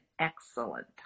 excellent